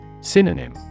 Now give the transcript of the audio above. Synonym